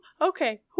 Okay